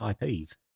IPs